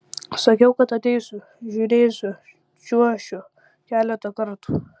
sakiau kad ateisiu žiūrėsiu čiuošiu keletą kartų